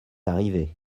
arrivé